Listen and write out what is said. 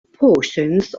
portions